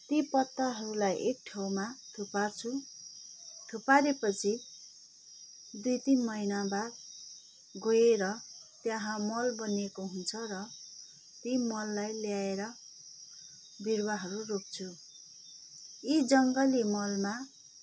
ती पत्ताहरूलाई एक ठाउँमा थुपार्छु थुपारेपछि दुई तिन महिनाबाद गएर त्यहाँ मल बनिएको हुन्छ र ती मललाई ल्याएर बिरुवाहरू रोप्छु यी जङ्गली मलमा